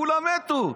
כולם מתו.